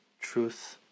truth